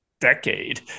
decade